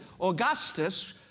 Augustus